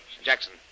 Jackson